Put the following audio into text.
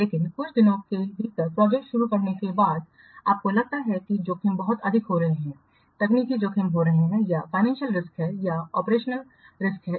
लेकिन कुछ दिनों के भीतर प्रोजेक्ट शुरू करने के बाद आपको लगता है कि जोखिम बहुत अधिक हो रहे हैं तकनीकी जोखिम हो सकते हैं या फाइनेंशियल रिस्क हैं या ऑपरेशनल रिस्क हैं